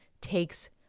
takes